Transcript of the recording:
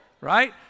right